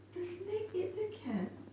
the snake ate the cat